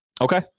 Okay